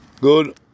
Good